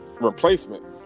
replacement